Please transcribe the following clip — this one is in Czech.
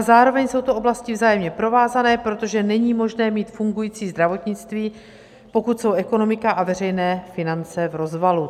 Zároveň jsou to oblasti vzájemně provázané, protože není možné mít fungující zdravotnictví, pokud jsou ekonomika a veřejné finance v rozvalu.